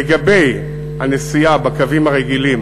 לגבי הנסיעה בקווים הרגילים